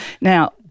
Now